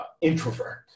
introvert